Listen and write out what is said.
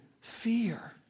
fear